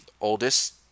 oldest